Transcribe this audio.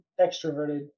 extroverted